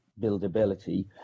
buildability